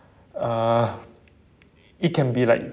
uh it can be like